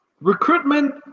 recruitment